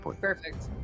perfect